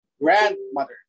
grandmother